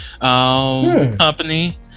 company